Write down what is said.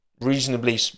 reasonably